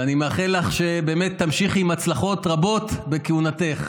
ואני מאחל לך שבאמת תמשיכי עם הצלחות רבות בכהונתך.